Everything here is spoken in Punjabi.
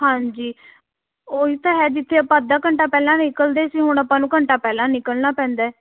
ਹਾਂਜੀ ਉਹੀ ਤਾਂ ਹੈ ਜਿੱਥੇ ਆਪਾਂ ਅੱਧਾ ਘੰਟਾ ਪਹਿਲਾਂ ਨਿਕਲਦੇ ਸੀ ਹੁਣ ਆਪਾਂ ਨੂੰ ਘੰਟਾ ਪਹਿਲਾਂ ਨਿਕਲਣਾ ਪੈਂਦਾ